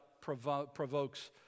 provokes